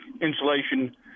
insulation